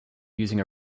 using